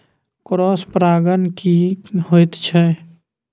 Cross परागण की होयत छै?